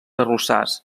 arrossars